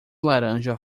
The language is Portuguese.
laranja